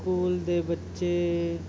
school ਦੇ ਬੱਚੇ